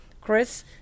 Chris